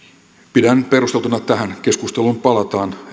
pidän perusteltuna että tähän keskusteluun palataan